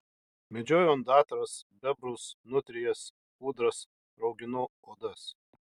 medžioju ondatras bebrus nutrijas ūdras rauginu odas